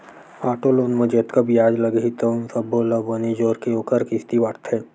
auto loan म जतका बियाज लागही तउन सब्बो ल बने जोरके ओखर किस्ती बाटथे